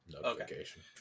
notification